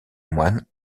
moine